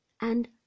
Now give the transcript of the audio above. and